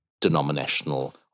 denominational